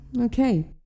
Okay